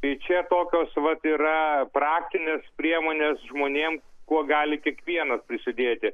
tai čia tokios vat yra praktinės priemonės žmonėm kuo gali kiekvienas prisidėti